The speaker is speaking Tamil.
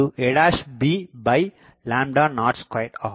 25 a b02 ஆகும்